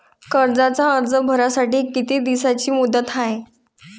कर्जाचा अर्ज भरासाठी किती दिसाची मुदत हाय?